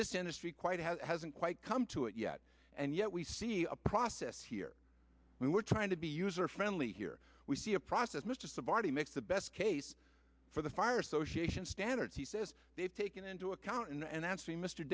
this industry quite hasn't quite come to it yet and yet we see a process here when we're trying to be user friendly here we see a process mr somebody makes the best case for the fire association standards he says they've taken into account and that's me mr